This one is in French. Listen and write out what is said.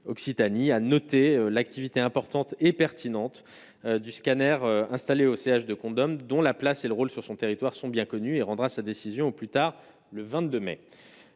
à noter l'activité importante et pertinente du scanners installés au CH de condom, dont la place et le rôle sur son territoire, sont bien connues et rendra sa décision au plus tard le 22 mai